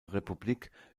republik